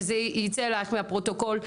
וזה יצא אלייך מהפרוטוקול,